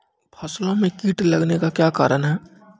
फसलो मे कीट लगने का क्या कारण है?